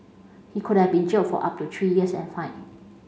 he could have been jailed for up to three years and fined